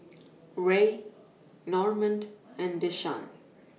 Ray Normand and Deshaun